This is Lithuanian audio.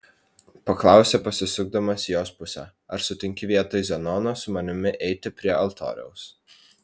paklausė pasisukdamas į jos pusę ar sutinki vietoj zenono su manimi eiti prie altoriaus